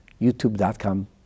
youtube.com